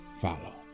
follow